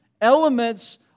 elements